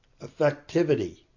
Effectivity